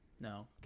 No